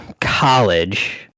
college